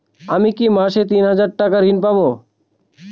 আমি কি মাসে তিন হাজার টাকার ঋণ পাবো?